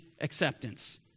acceptance